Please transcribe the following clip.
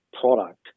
product